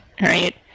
right